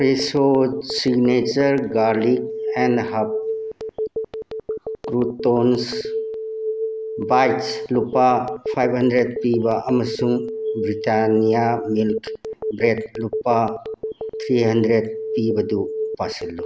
Fresho signature garlic and herb croutons bites ꯂꯨꯄꯥ five hundred ꯄꯤꯕ ꯑꯃꯁꯨꯡ ꯕ꯭ꯔꯤꯇꯥꯅꯤꯌꯥ ꯃꯤꯜꯛ ꯕ꯭ꯔꯦꯗ ꯂꯨꯄꯥ ꯊ꯭ꯔꯤ ꯍꯟꯗ꯭ꯔꯦꯗ ꯄꯨꯕꯗꯨ ꯄꯥꯁꯤꯜꯂꯨ